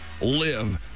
live